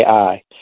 AI